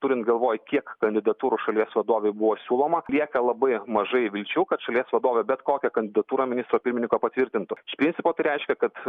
turint galvoje kiek kandidatūrų šalies vadovei buvo siūloma lieka labai mažai vilčių kad šalies vadovė bet kokią kandidatūrą ministro pirmininko patvirtintų iš principo tai reiškia kad